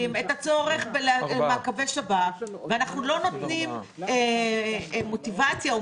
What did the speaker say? את הצורך במעקבי שב"כ ואנחנו לא נותנים מוטיבציה או